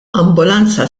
ambulanza